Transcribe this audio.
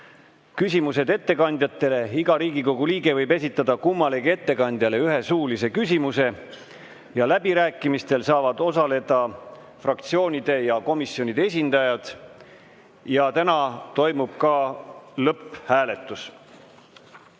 küsimused ettekandjatele. Iga Riigikogu liige võib esitada kummalegi ettekandjale ühe suulise küsimuse. Läbirääkimistel saavad osaleda fraktsioonide ja komisjonide esindajad. Ja täna toimub ka lõpphääletus. Ma